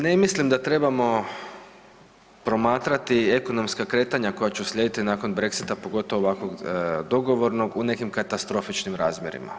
Ne mislim da trebamo promatrati ekonomska kretanja koja će uslijediti nakon Brexita, pogotovo ovakvog dogovornog u nekim katastrofičnim razmjerima.